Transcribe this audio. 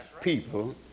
people